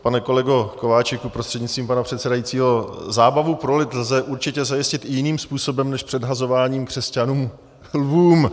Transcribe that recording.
Pane kolego Kováčiku prostřednictvím pana předsedajícího, zábavu pro lid lze určitě zajistit i jiným způsobem než předhazováním křesťanů lvům.